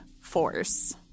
force